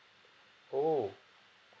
oh